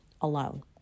alone